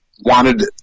wanted